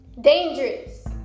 dangerous